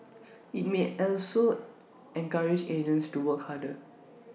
IT may also encourage agents to work harder